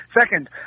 Second